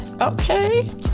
Okay